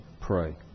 pray